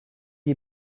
est